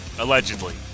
Allegedly